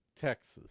Texas